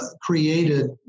created